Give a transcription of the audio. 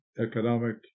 economic